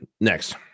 Next